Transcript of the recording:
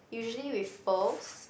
usually with pearls